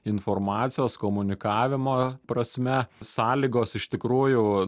informacijos komunikavimo prasme sąlygos iš tikrųjų